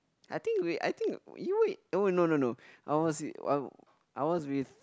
I think we I think you were it oh no no no I was with uh I was with